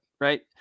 right